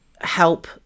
help